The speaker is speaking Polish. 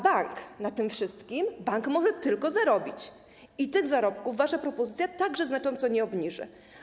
Bank na tym wszystkim może tylko zarobić i tych zarobków wasza propozycja także znacząco nie obniży.